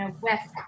West